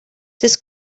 this